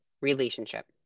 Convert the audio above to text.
relationship